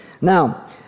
Now